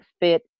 fit